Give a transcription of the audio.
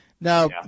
Now